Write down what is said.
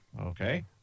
okay